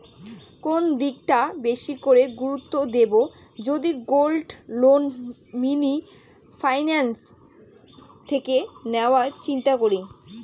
কোন দিকটা বেশি করে গুরুত্ব দেব যদি গোল্ড লোন মিনি ফাইন্যান্স থেকে নেওয়ার চিন্তা করি?